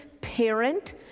parent